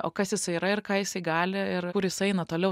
o kas jisai yra ir ką jisai gali ir kur jis eina toliau